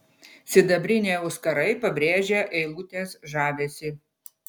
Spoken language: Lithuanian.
sidabriniai auskarai pabrėžė eilutės žavesį